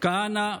כהנא,